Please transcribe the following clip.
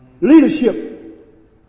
Leadership